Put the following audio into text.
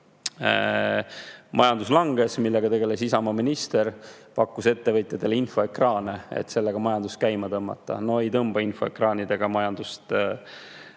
Majandus langes, aga millega tegeles Isamaa minister? Pakkus ettevõtjatele infoekraane, et sellega majandust käima tõmmata. No ei tõmba infoekraanidega majandust